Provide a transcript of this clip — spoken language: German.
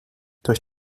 durch